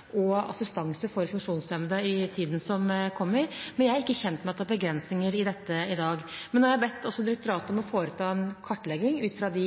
og innenfor assistanse for funksjonshemmede i tiden som kommer. Men jeg er ikke kjent med at det er begrensninger i dette i dag. Nå har jeg bedt direktoratet om å foreta en kartlegging ut fra de